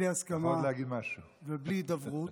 בלי הסכמה ובלי הידברות.